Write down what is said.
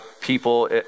people